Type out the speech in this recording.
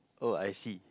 oh I see